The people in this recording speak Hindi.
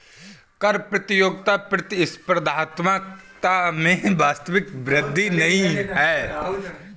कर प्रतियोगिता प्रतिस्पर्धात्मकता में वास्तविक वृद्धि नहीं है